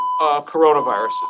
coronaviruses